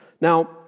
Now